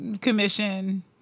commission